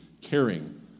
caring